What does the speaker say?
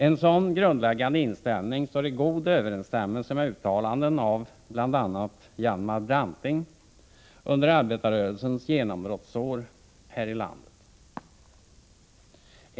En sådan grundinställning står i god överenstämmelse med uttalanden av bl.a. Hjalmar Branting under arbetarrörelsens genombrottsår här i landet.